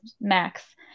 Max